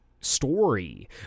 story